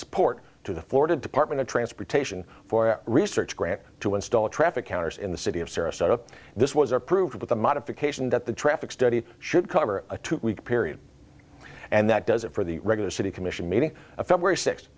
support to the florida department of transportation for a research grant to install traffic counters in the city of sarasota this was approved with a modification that the traffic study should cover a two week period and that does it for the regular city commission meeting of february six